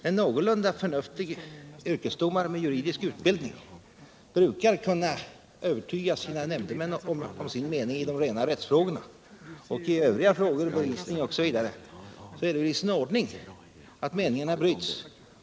En någorlunda förnuftig yrkesdomare med juridisk utbildning brukar kunna övertyga sina nämndemän om sin mening i de rena rättsfrågorna. I övriga frågor, t.ex. när det gäller bevisning, är det isin ordning att meningarna bryts.